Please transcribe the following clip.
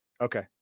Okay